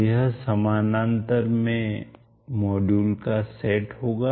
तो यह समानांतर में मॉड्यूल का सेट होगा